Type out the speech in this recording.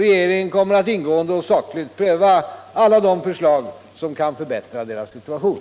Regeringen kommer att ingående och sakligt pröva alla de förslag som kan förbättra deras situation.